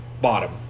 bottom